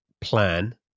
plan